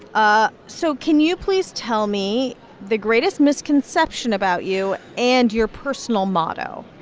ah so can you please tell me the greatest misconception about you and your personal motto?